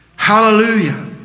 hallelujah